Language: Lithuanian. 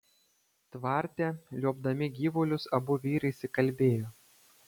tvarte liuobdami gyvulius abu vyrai įsikalbėjo